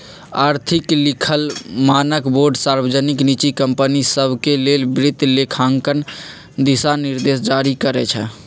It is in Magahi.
आर्थिक लिखल मानकबोर्ड सार्वजनिक, निजी कंपनि सभके लेल वित्तलेखांकन दिशानिर्देश जारी करइ छै